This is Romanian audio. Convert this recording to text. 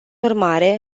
urmare